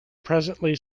presently